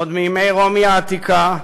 עוד מימי רומי העתיקה,